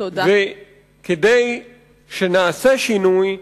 כדי שנעשה שינוי,